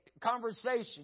conversation